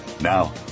Now